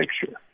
picture